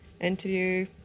interview